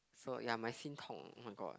so ya my 心痛 oh-my-god